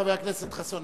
חבר הכנסת חסון.